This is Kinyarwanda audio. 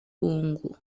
ngugu